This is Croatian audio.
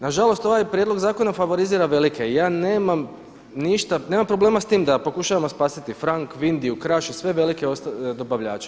Nažalost ovaj prijedlog zakona favorizira velike i ja nemam ništa, nemam problema sa time da pokušamo spasiti Frank, Vindiju, Kraš i sve velike dobavljače.